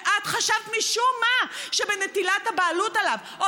ואת חשבת משום מה שבנטילת הבעלות עליו או